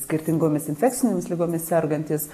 skirtingomis infekcinėmis ligomis sergantys